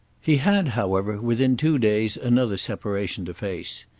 he had, however, within two days, another separation to face.